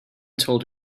told